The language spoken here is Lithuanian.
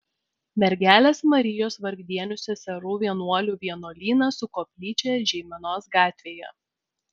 mergelės marijos vargdienių seserų vienuolių vienuolynas su koplyčia žeimenos gatvėje